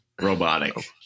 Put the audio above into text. Robotic